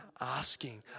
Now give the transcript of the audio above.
asking